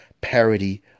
parody